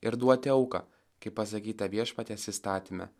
ir duoti auką kaip pasakyta viešpaties įstatyme